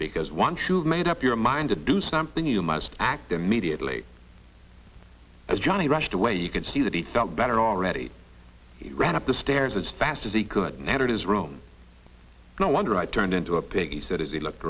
because once you've made up your mind to do something you must act immediately as johnny rushed away you could see that he felt better already ran up the stairs as fast as he could his room no wonder i turned into a pig he said as he look